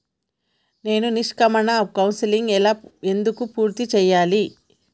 నేను నిష్క్రమణ కౌన్సెలింగ్ ఎలా ఎందుకు పూర్తి చేయాలి?